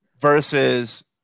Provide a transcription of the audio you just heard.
versus